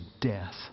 death